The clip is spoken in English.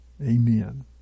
Amen